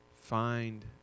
find